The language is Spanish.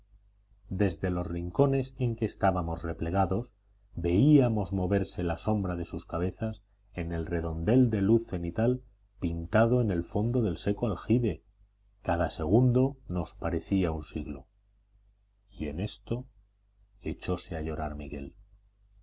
desde los rincones en que estábamos replegados veíamos moverse la sombra de sus cabezas en el redondel de luz cenital pintado en el fondo del seco aljibe cada segundo nos parecía un siglo en esto echóse a llorar miguel